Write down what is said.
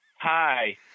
Hi